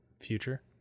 future